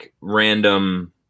random